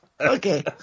Okay